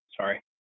sorry